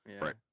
Right